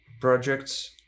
projects